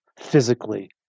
physically